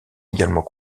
également